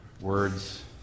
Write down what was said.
words